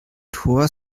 tor